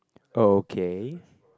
okay